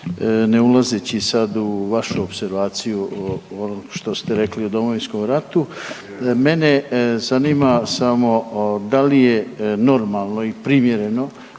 ne ulazeći sad u vašu opservaciju o ovom što ste rekli o Domovinskom ratu, mene zanima samo da li je normalno i primjereno